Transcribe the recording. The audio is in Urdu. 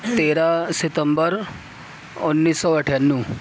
تیرہ ستمبر انیس سو اٹھانوے